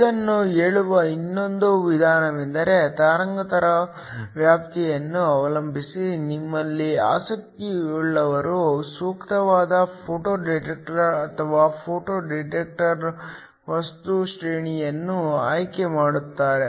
ಇದನ್ನು ಹೇಳುವ ಇನ್ನೊಂದು ವಿಧಾನವೆಂದರೆ ತರಂಗಾಂತರದ ವ್ಯಾಪ್ತಿಯನ್ನು ಅವಲಂಬಿಸಿ ನಿಮ್ಮಲ್ಲಿ ಆಸಕ್ತಿಯುಳ್ಳವರು ಸೂಕ್ತವಾದ ಫೋಟೋ ಡಿಟೆಕ್ಟರ್ ಅಥವಾ ಫೋಟೋ ಡಿಟೆಕ್ಟರ್ ವಸ್ತು ಶ್ರೇಣಿಯನ್ನು ಆಯ್ಕೆ ಮಾಡುತ್ತಾರೆ